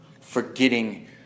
forgetting